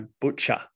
butcher